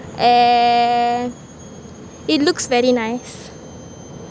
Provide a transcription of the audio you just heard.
and it looks very nice